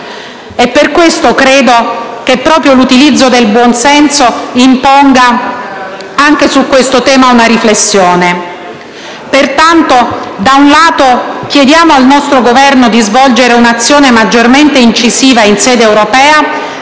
Per questo credo che proprio l'utilizzo del buon senso imponga, anche su questo tema, una riflessione. Pertanto, da un lato, chiediamo al nostro Governo di svolgere un'azione maggiormente incisiva in sede europea,